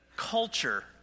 culture